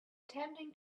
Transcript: attempting